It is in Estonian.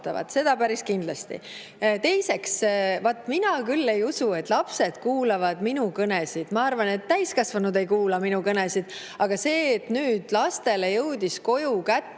Seda päris kindlasti. Teiseks, vaat mina küll ei usu, et lapsed kuulavad minu kõnesid. Ma arvan, et täiskasvanudki ei kuula minu kõnesid. Aga seda, et nüüd lastele jõudis koju kätte